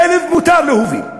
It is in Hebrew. כלב מותר להוביל,